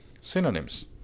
synonyms